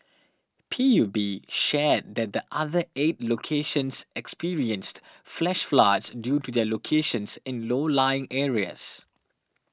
P U B shared that the other eight locations experienced flash floods due to their locations in low lying areas